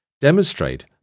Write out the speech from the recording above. demonstrate